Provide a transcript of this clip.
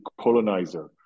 colonizer